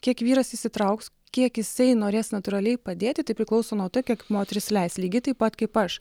kiek vyras įsitrauks kiek jisai norės natūraliai padėti tai priklauso nuo to kiek moteris leis lygiai taip pat kaip aš